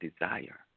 desire